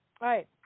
right